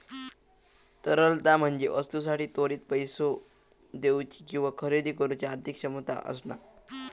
तरलता म्हणजे वस्तूंसाठी त्वरित पैसो देउची किंवा खरेदी करुची आर्थिक क्षमता असणा